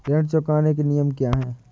ऋण चुकाने के नियम क्या हैं?